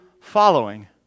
following